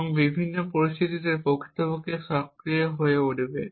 এবং বিভিন্ন পরিস্থিতিতে প্রকৃতপক্ষে সক্রিয় হয়ে উঠবে